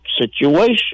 situation